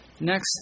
Next